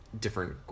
different